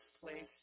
place